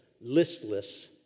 listless